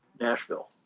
Nashville